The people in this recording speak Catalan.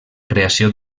creació